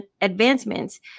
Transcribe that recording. advancements